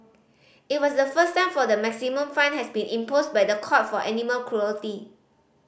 it was the first time for the maximum fine has been imposed by the court for animal cruelty